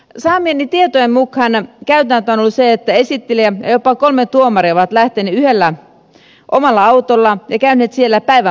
saamieni tietojen mukaan käytäntö on ollut se että esittelijä ja jopa kolme tuomaria ovat lähteneet yhdellä omalla autolla ja käyneet siellä päivämukin